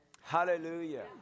Hallelujah